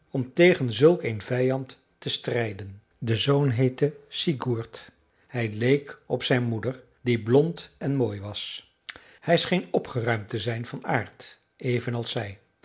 om tegen zulk een vijand te strijden de zoon heette sigurd hij leek op zijn moeder die blond en mooi was hij scheen opgeruimd te zijn van aard evenals zij